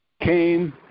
came